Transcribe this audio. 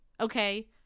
okay